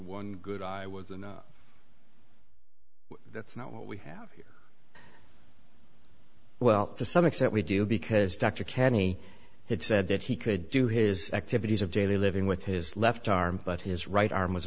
one good eye was a no that's not what we have here well to some extent we do because dr kenny had said that he could do his activities of daily living with his left arm but his right arm was